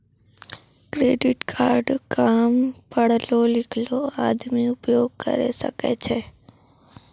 Credit card काम पढलो लिखलो आदमी उपयोग करे सकय छै?